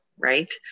right